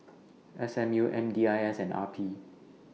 S M U M D I S and R P